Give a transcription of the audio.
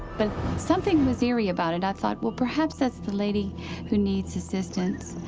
but something was eerie about it. i thought, well, perhaps that's the lady who needs assistance.